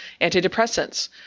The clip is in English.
antidepressants